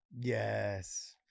Yes